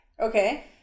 Okay